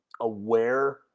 aware